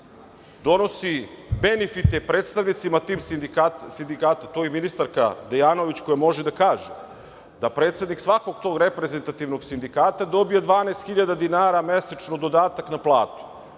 donosi benefite predstavnicima tih sindikata. Tu je i ministarka Dejanović koja može da kaže da predsednik svakog tog reprezentativnog sindikata dobija 12.000 dinara mesečno dodatak na platu